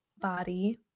body